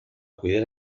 cuidar